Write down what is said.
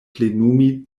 plenumi